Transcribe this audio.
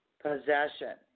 possession